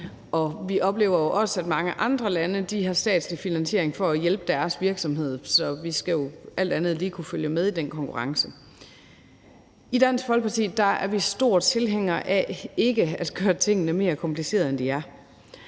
Vi oplever jo også, at mange andre lande har statslig finansiering for at hjælpe deres virksomheder, så vi skal jo alt andet lige kunne følge med i den konkurrence. I Dansk Folkeparti er vi store tilhængere af ikke at gøre tingene mere komplicerede, end de er,